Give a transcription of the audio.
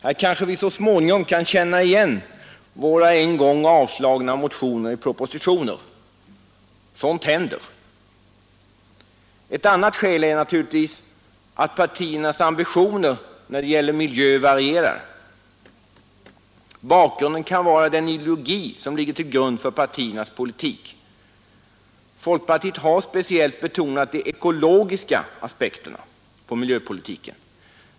Här kanske vi så småningom kan känna igen våra en gång avslagna motioner i propositioner. Sådant händer. Ett annat skäl är naturligtvis att partiernas ambitioner när det gäller miljö varierar. Bakgrunden kan vara den ideologi som ligger till grund för partiernas politik. Folkpartiet har speciellt betonat de ekologiska aspekterna på miljöpolitiken.